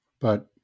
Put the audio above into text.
But-